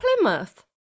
Plymouth